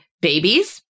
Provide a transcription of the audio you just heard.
babies